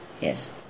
Yes